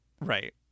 right